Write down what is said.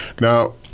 Now